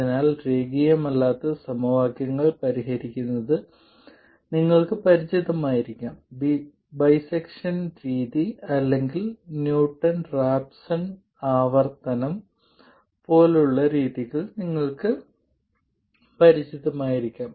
അതിനാൽ രേഖീയമല്ലാത്ത സമവാക്യങ്ങൾ പരിഹരിക്കുന്നത് നിങ്ങൾക്ക് പരിചിതമായിരിക്കാം ബിസെക്ഷൻ രീതി അല്ലെങ്കിൽ ന്യൂട്ടൺ റാപ്സൺ ആവർത്തനം പോലുള്ള രീതികൾ നിങ്ങൾക്ക് പരിചിതമായിരിക്കാം